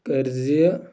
کٔرۍ زِ